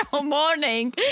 morning